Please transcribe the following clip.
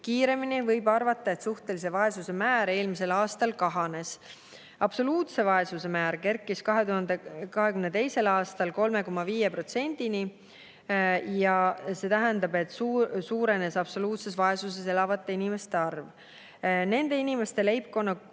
kiiremini, võib arvata, et suhtelise vaesuse määr eelmisel aastal kahanes. Absoluutse vaesuse määr kerkis 2022. aastal 3,5%‑ni ja see tähendab, et suurenes absoluutses vaesuses elavate inimeste arv. Nende inimeste leibkonna